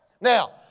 Now